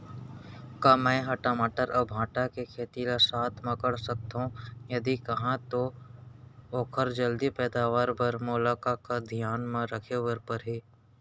का मै ह टमाटर अऊ भांटा के खेती ला साथ मा कर सकथो, यदि कहाँ तो ओखर जलदी पैदावार बर मोला का का धियान मा रखे बर परही?